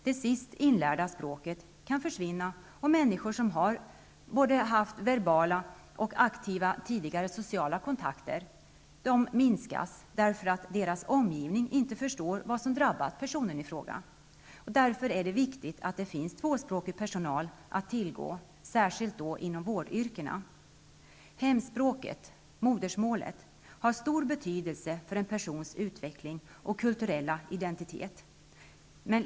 Det sist inlärda språket kan försvinna, och människor som tidigare har varit verbalt aktiva förlorar mycket av sina sociala kontakter, därför att deras omgivning inte förstår vad som drabbat personen. Därför är det viktigt att det finns tvåspråkig personal att tillgå, särskilt inom vårdyrkena. Hemspråket, modersmålet, har stor betydelse för en persons utveckling och kulturella identitet.